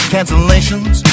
Cancellations